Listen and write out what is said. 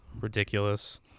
Ridiculous